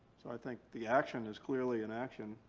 so i think the action is clearly an action.